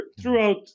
throughout